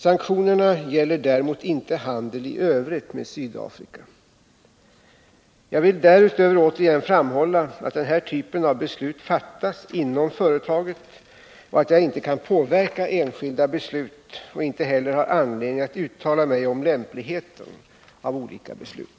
Sanktionerna gäller däremot inte handel i övrigt med Sydafrika. Jag vill därutöver återigen framhålla att den här typen av beslut fattas inom företaget och att jag inte kan påverka enskilda beslut och inte heller har anledning att uttala mig om lämpligheten av olika beslut.